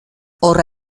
horra